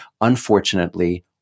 unfortunately